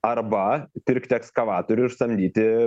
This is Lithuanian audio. arba pirkti ekskavatorių ir samdyti